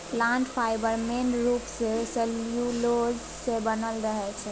plant fibre मेन रुप सँ सेल्युलोज सँ बनल रहै छै